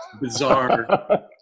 bizarre